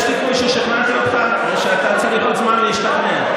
יש סיכוי ששכנעתי אותך או שאתה צריך עוד זמן להשתכנע?